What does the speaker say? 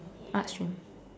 arts stream